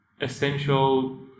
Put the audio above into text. essential